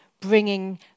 bringing